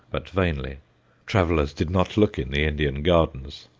but vainly travellers did not look in the indian gardens.